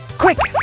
quick!